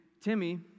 Timmy